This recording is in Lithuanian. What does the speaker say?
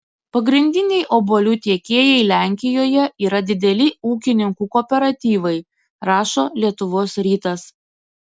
pagrindiniai obuolių tiekėjai lenkijoje yra dideli ūkininkų kooperatyvai rašo lietuvos rytas